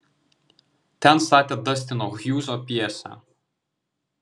ten statė dastino hjūzo pjesę